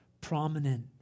prominent